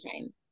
time